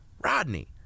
Rodney